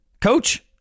Coach